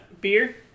beer